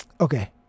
Okay